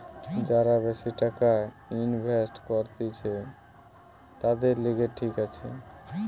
যারা বেশি টাকা ইনভেস্ট করতিছে, তাদের লিগে ঠিক আছে